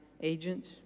agents